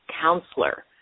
counselor